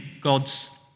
God's